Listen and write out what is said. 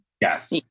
Yes